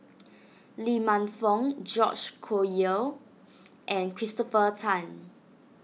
Lee Man Fong George Collyer and Christopher Tan